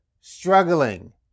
struggling